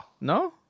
No